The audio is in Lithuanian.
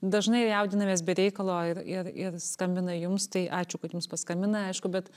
dažnai jaudinamės be reikalo ir ir ir skambina jums tai ačiū kad jums paskambina aišku bet